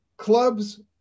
Clubs